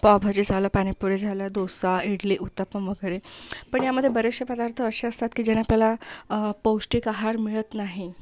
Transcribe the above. पावभाजी झालं पाणीपुरी झालं दोसा इडली उत्तपम वगैरे पण यामध्ये बरेचसे पदार्थ असे असतात की ज्याने आपल्याला पौष्टिक आहार मिळत नाही